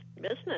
business